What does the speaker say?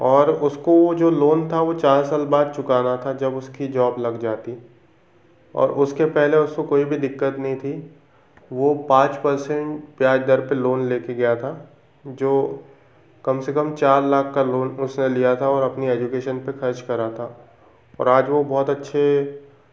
और उसको वो जो लोन था वो चार साल बाद चुकाना था जब उसकी जॉब लग जाती और उसके पहले उसको कोई भी दिक्कत नही थी वो पाँच परसेंट ब्याज दर पे लोन लेके गया था जो कम से कम चार लाख का लोन उसने लिया था और अपनी एजुकेशन पे खर्च करा था और आज वो बहुत अच्छे